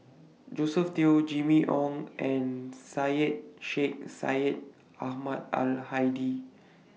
Josephine Teo Jimmy Ong and Syed Sheikh Syed Ahmad Al Hadi